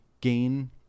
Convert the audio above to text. gain